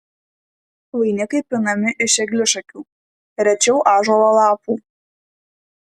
vainikai pinami iš eglišakių rečiau ąžuolo lapų